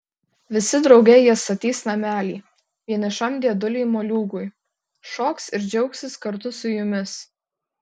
visi drauge jie statys namelį vienišam dėdulei moliūgui šoks ir džiaugsis kartu su jumis